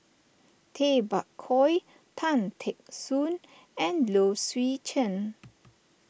Tay Bak Koi Tan Teck Soon and Low Swee Chen